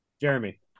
Jeremy